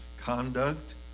conduct